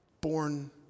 Born